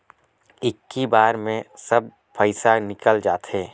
इक्की बार मे सब पइसा निकल जाते?